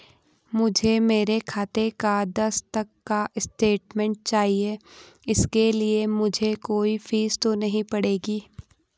मुझे मेरे खाते का दस तक का स्टेटमेंट चाहिए इसके लिए मुझे कोई फीस तो नहीं पड़ेगी?